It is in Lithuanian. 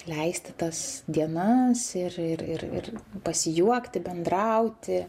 leisti tas dienas ir ir ir ir pasijuokti bendrauti